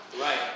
Right